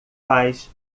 faz